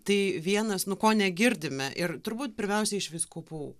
tai vienas nu ko negirdime ir turbūt pirmiausiai iš vyskupų